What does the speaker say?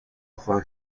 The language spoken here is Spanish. ojos